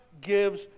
gives